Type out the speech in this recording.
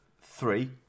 three